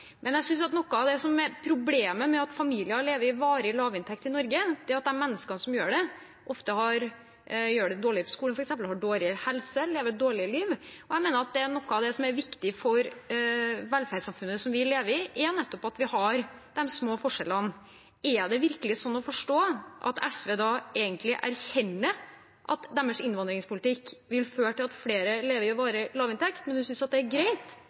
Jeg synes noe av problemet med at familier lever med varig lavinntekt i Norge, er at de menneskene som gjør det, ofte gjør det dårligere på skolen, f.eks., har dårligere helse og lever et dårligere liv. Jeg mener at noe av det som er viktig for velferdssamfunnet vi lever i, nettopp er at vi har små forskjeller. Er det virkelig sånn å forstå at SV egentlig erkjenner at deres innvandringspolitikk vil føre til at flere lever med varig lavinntekt, men at hun synes at det er greit